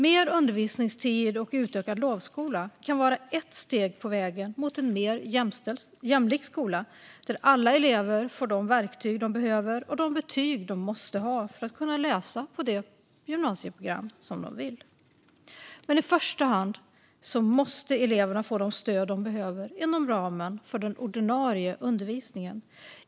Mer undervisningstid och utökad lovskola kan vara ett steg på vägen mot en mer jämlik skola, där alla elever får de verktyg de behöver och de betyg de måste ha för att kunna läsa på det gymnasieprogram som de vill. Men i första hand måste eleverna få det stöd de behöver inom ramen för den ordinarie undervisningen.